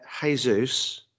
Jesus